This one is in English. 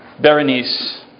Berenice